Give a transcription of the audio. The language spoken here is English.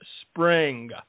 spring